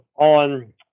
on